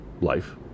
life